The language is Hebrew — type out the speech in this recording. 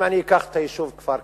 אם אני אקח את היישוב כפר-קרע,